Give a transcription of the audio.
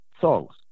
songs